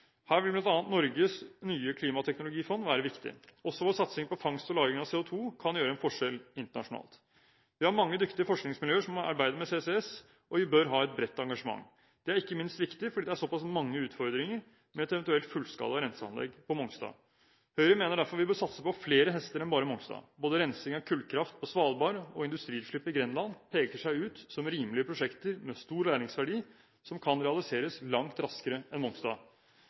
Her vil bl.a. Norges nye klimateknologifond være viktig. Også vår satsing på fangst og lagring av CO2 kan gjøre en forskjell internasjonalt. Vi har mange dyktige forskningsmiljøer som arbeider med CCS, og vi bør ha et bredt engasjement. Det er ikke minst viktig fordi det er såpass mange utfordringer med et eventuelt fullskala renseanlegg på Mongstad. Høyre mener derfor vi bør satse på flere hester enn bare Mongstad. Både rensing av kullkraft på Svalbard og industriutslipp i Grenland peker seg ut som rimelige prosjekter med stor læringsverdi, og kan realiseres langt raskere enn Mongstad.